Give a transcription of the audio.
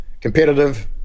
competitive